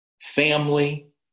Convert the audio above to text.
family